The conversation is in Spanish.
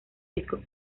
discos